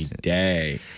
day